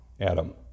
Adam